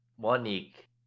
Monique